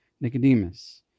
Nicodemus